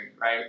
right